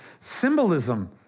symbolism